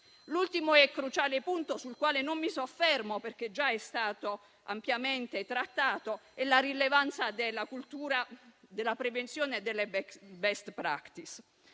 L'ultimo e cruciale punto sul quale non mi soffermo, perché è già stato ampiamente trattato, è la rilevanza della cultura della prevenzione e delle *best* *practice.*